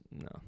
No